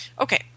Okay